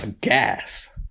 gas